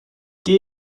gehe